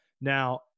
Now